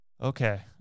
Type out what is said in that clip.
Okay